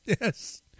Yes